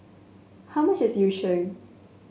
how much is Yu Sheng